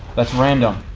that's random.